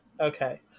Okay